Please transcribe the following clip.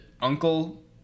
uncle